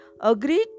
agreed